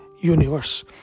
universe